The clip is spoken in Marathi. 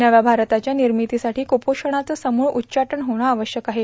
नव्या भारताच्या र्निमाणासाठो क्पोषणाचं समूळ उच्चाटन होणं आवश्यक आहे